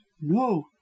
No